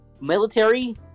Military